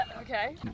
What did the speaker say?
Okay